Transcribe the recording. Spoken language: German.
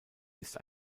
ist